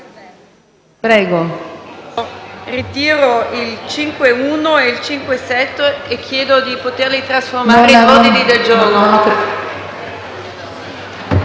Prego,